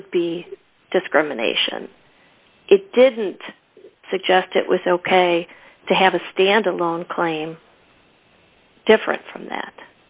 could be discrimination it didn't suggest it was ok to have a stand alone claim different from that